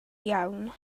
iawn